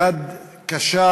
יד קשה